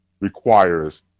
requires